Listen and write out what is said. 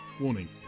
Warning